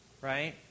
right